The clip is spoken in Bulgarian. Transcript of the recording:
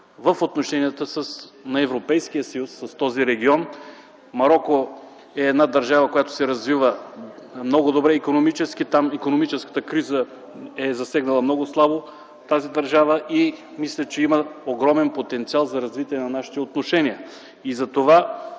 в отношенията на Европейския съюз с този регион. Мароко е една държава, която се развива много добре икономически. Там икономическата криза е засегнала много слабо тази държава и мисля, че има огромен потенциал за развитие на нашите отношения. Затова,